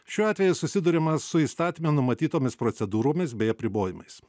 šiuo atveju susiduriama su įstatyme numatytomis procedūromis bei apribojimais